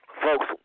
folks